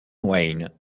wayne